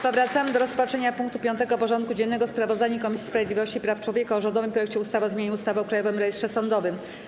Powracamy do rozpatrzenia punktu 5. porządku dziennego: Sprawozdanie Komisji Sprawiedliwości i Praw Człowieka o rządowym projekcie ustawy o zmianie ustawy o Krajowym Rejestrze Sądowym.